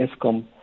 ESCOM